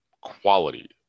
quality